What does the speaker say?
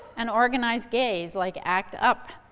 and organized gays like act up.